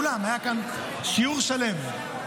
היה כאן שיעור שלם.